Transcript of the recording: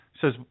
says